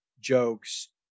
jokes